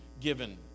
given